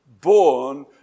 born